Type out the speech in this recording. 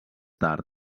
tard